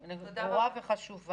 הנקודה ברורה וחשובה.